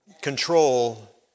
Control